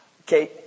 Okay